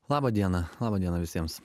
laba diena laba diena visiems